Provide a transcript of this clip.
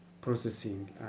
processing